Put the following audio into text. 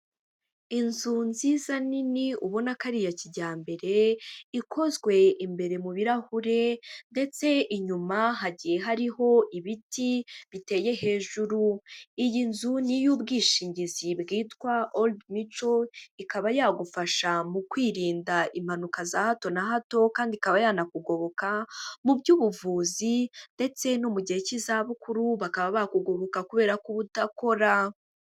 Inzu nziza nini ubona ka aririya kijyambere, ikozwe imbere mu birahure ndetse inyuma hagiye hariho ibiti biteye hejuru. Iyi nzu niy'ubwishingizi bwitwa orudi mico ikaba yagufasha mu kwirinda impanuka za hato na hato, kandi ikaba yanakugoboka mu by'ubuvuzi ndetse no mu gihe cy'izabukuru bakaba bakugoboka kubera ko uba udakora.